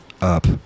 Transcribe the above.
up